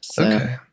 Okay